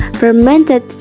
fermented